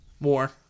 More